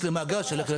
יש לי מאגר של הקלטות.